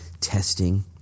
testing